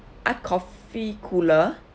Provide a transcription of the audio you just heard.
uh coffee cooler